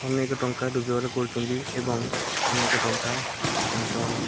ଅନେକ ଟଙ୍କା ରୋଜଗାର କରୁଛନ୍ତି ଏବଂ ଅନେକ ଟଙ୍କା ତାଙ୍କ